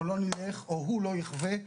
או הוא לא יחווה,